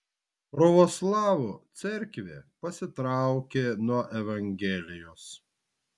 pravoslavų cerkvė pasitraukė nuo evangelijos